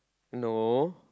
no